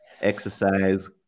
exercise